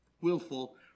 willful